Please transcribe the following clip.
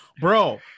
bro